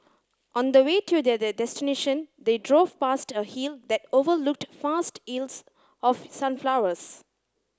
on the way to their destination they drove past a hill that overlooked vast of sunflowers